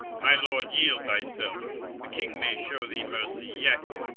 my lord, yield thyself. the king may show thee mercy yet